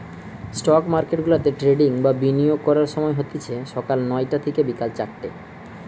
stock মার্কেটগুলাতে trading বা বিনিয়োগ করার সময় হতিছে সকাল নয়টা থিকে বিকেল চারটে